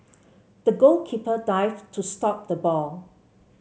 the goalkeeper dived to stop the ball